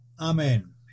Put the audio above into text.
Amen